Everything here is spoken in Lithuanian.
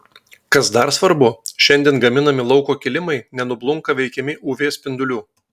kas dar svarbu šiandien gaminami lauko kilimai nenublunka veikiami uv spindulių